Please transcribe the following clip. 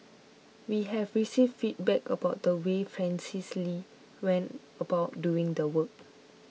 we have received feedback about the way Francis Lee went about doing the work